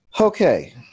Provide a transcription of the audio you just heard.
okay